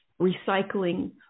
recycling